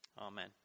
Amen